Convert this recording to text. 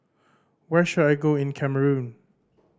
where should I go in Cameroon